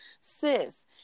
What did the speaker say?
sis